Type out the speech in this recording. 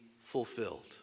fulfilled